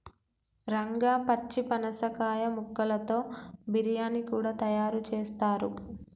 రంగా పచ్చి పనసకాయ ముక్కలతో బిర్యానీ కూడా తయారు చేస్తారు